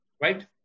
Right